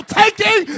taking